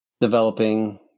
developing